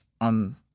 on